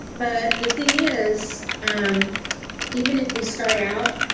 but the thing is, um even if we start out,